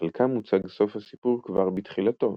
בחלקם מוצג סוף הסיפור כבר בתחילתו,